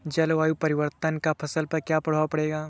जलवायु परिवर्तन का फसल पर क्या प्रभाव पड़ेगा?